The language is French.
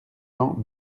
temps